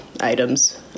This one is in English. items